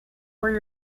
where